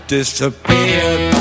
disappeared